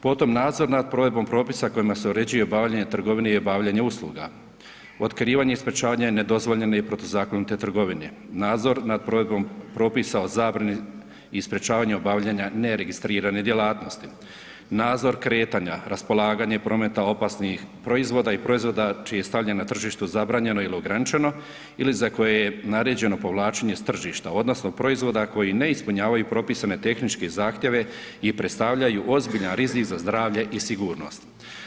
Potom nadzor nad provedbom propisa, kojima se uređuje obavljanje trgovine i obavljanje usluga, otkrivanje i sprječavanje nedozvoljene i protuzakonite trgovine, nadzor nad provedbom propisa o zabrani i sprječavanje obavljanja neregistrirane djelatnosti, nadzor kretanja, raspolaganja i prometa opasnih proizvoda i proizvoda čije stavljanje na tržište zabranjeno ili ograničeno ili za koje je naređeno povlačenje s tržišta, odnosno proizvoda koji ne ispunjavaju propisane tehničke zahtjeve i predstavljaju ozbiljan rizik za zdravlje i sigurnost.